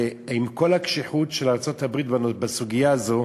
ועם כל הקשיחות של ארצות-הברית בסוגיה הזאת,